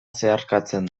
zeharkatzen